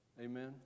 Amen